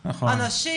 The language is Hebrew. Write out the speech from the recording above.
האנשים,